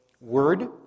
word